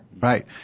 Right